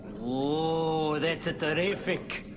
ooh, that's terrific.